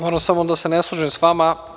Moram samo da se ne složim s vama.